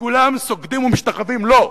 וכולם סוגדים ומשתחווים לו,